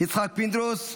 יצחק פינדרוס,